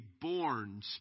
born